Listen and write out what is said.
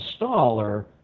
installer